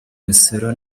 imisoro